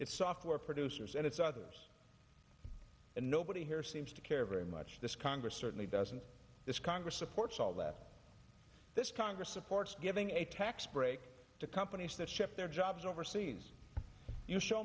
it's software producers and it's others and nobody here seems to care very much this congress certainly doesn't this congress supports all that this congress supports giving a tax break to companies that ship their jobs overseas you show